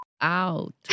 out